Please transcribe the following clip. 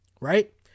right